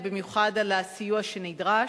ובמיוחד על הסיוע שנדרש.